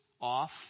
off